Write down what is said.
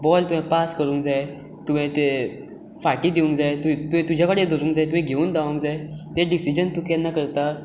ball तुवें pass करूंक जाय तुवें ते फाटी दिवंक जाय तुज्या कडेन धरूंक जाय तुवें घेवन धावंक जाय ते डिसीजन तूं केन्ना करता